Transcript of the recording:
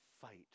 fight